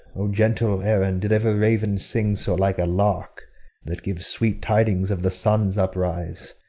o gentle aaron! did ever raven sing so like a lark that gives sweet tidings of the sun's uprise?